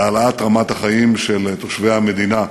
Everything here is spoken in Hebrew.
בהעלאת רמת החיים של תושבי המדינה.